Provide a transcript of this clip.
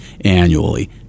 annually